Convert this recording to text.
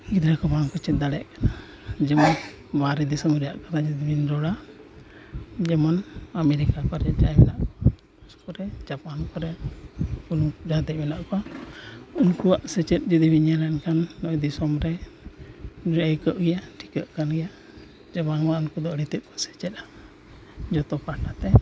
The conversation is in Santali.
ᱜᱤᱫᱽᱨᱟᱹ ᱠᱚ ᱵᱟᱝ ᱠᱚ ᱪᱮᱫ ᱫᱟᱲᱮᱭᱟᱜ ᱠᱟᱱᱟ ᱡᱮᱢᱚᱱ ᱢᱟᱨᱮ ᱫᱤᱥᱚᱢ ᱨᱮᱭᱟᱜ ᱠᱟᱛᱷᱟ ᱡᱩᱫᱤ ᱵᱤᱱ ᱨᱚᱲᱟ ᱡᱮᱢᱚᱱ ᱟᱹᱢᱮᱨᱤᱠᱟ ᱠᱚᱨᱮᱜ ᱡᱟᱦᱟᱸᱭ ᱢᱮᱱᱟᱜ ᱠᱚᱣᱟ ᱵᱤᱥᱮᱥ ᱠᱚᱨᱮ ᱡᱟᱯᱟᱱ ᱠᱚᱨᱮ ᱡᱟᱦᱟᱸ ᱛᱤᱱᱟᱹᱜ ᱢᱮᱱᱟᱜ ᱠᱚᱣᱟ ᱩᱱᱠᱩᱣᱟᱜ ᱥᱮᱪᱮᱫ ᱡᱩᱫᱤ ᱵᱤᱱ ᱧᱮᱞᱟ ᱮᱱᱠᱷᱟᱱ ᱱᱚᱜᱼᱚᱭ ᱫᱤᱥᱚᱢ ᱨᱮ ᱜᱮᱭᱟ ᱴᱷᱤᱠᱟᱹᱜ ᱠᱟᱱ ᱜᱮᱭᱟ ᱵᱟᱝᱢᱟ ᱩᱱᱠᱩ ᱫᱚ ᱟᱹᱰᱤᱛᱮᱫ ᱠᱚ ᱥᱮᱪᱮᱫᱼᱟ ᱡᱚᱛᱚ ᱯᱟᱦᱴᱟᱛᱮ